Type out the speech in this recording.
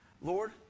Lord